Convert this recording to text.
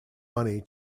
money